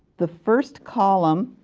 the first column